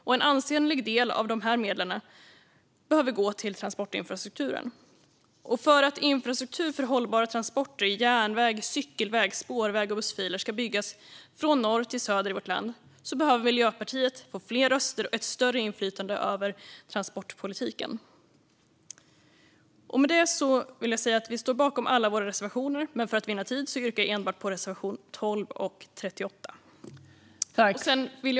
Och en ansenlig del av dessa medel behöver gå till transportinfrastrukturen. För att infrastruktur för hållbara transporter i järnväg, cykelväg, spårväg och bussfiler ska byggas från norr till söder i vårt land behöver Miljöpartiet få fler röster och ett större inflytande över transportpolitiken. Vi står bakom alla våra reservationer, men för att vinna tid yrkar jag bifall enbart till reservationerna 12 och 38. Fru talman!